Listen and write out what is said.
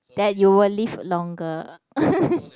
that you will live longer